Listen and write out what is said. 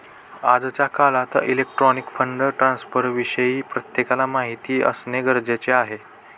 आजच्या काळात electronic fund ट्रान्स्फरविषयी प्रत्येकाला माहिती असणे गरजेचे आहे